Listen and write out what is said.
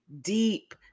deep